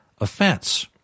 offense